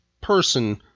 person